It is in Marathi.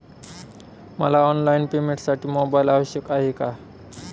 मला ऑनलाईन पेमेंटसाठी मोबाईल आवश्यक आहे का?